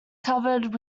covered